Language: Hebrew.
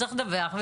צריך לדווח.